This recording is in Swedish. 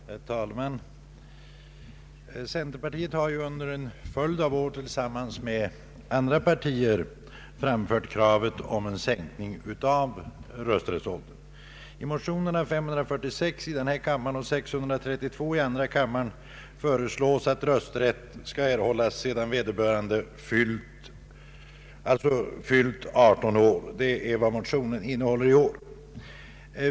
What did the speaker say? Herr talman! Centerpartiet har under en följd av år tillsammans med andra partier framfört krav om en sänkning av rösträttsåldern. I motionerna 1: 546 och II: 632 föreslås att rösträtt skall erhållas sedan vederbörande fyllt 18 år. Det är vad motionerna innehåller i år.